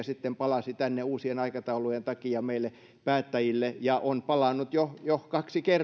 sitten palasi uusien aikataulujen takia tänne meille päättäjille ja on palannut jo jo kaksi kertaa